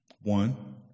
One